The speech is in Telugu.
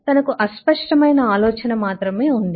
తనకు అస్పష్టమైన ఆలోచన మాత్రమే ఉంది